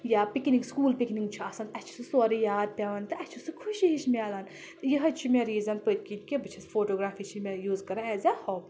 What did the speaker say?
یا picnic school picnic چھُ آسان اَسہِ چھُ سُہ سورُے یاد پؠوان تہٕ اَسہِ چھُ سُہ خوشی ہِش مِلان یِہے چھُ مےٚ ریٖزَن پٔتۍ کِنۍ کہِ بہٕ چھَس فوٹوگرافی چھِ مےٚ یوٗز کَران ایز اے ہابی